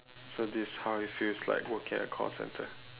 so this is how it feels like working at a call centre